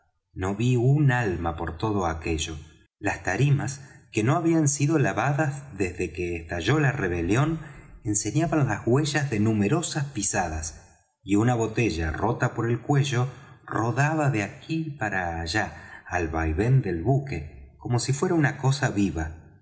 no ví un alma por todo aquello las tarimas que no habían sido lavadas desde que estalló la rebelión enseñaban las huellas de numerosas pisadas y una botella rota por el cuello rodaba de aquí para allá al vaivén del buque como si fuera una cosa viva